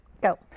Go